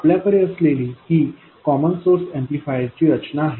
आपल्याकडे असलेली ही कॉमन सोर्स ऍम्प्लिफायरची रचना आहे